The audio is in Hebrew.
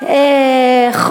יש לך,